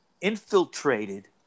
infiltrated